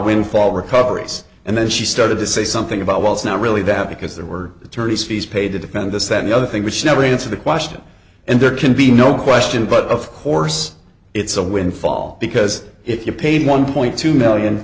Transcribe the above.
windfall recoveries and then she started to say something about well it's not really that because there were attorneys fees paid to defend this that the other thing was she never answer the question and there can be no question but of course it's a windfall because if you paid one point two million